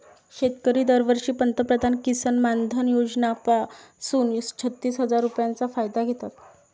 शेतकरी दरवर्षी पंतप्रधान किसन मानधन योजना पासून छत्तीस हजार रुपयांचा फायदा घेतात